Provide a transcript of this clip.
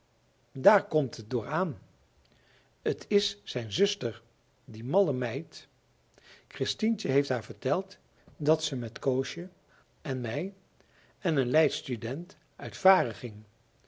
daar komt het door aan t is zijn zuster die malle meid christientje heeft haar verteld dat ze met koosje en mij en een leidsch student uit varen ging